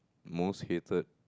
most hated